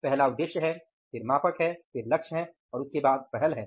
पहला उद्देश्य है फिर मापक है फिर लक्ष्य है और उसके बाद पहल है